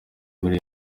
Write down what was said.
muri